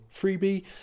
freebie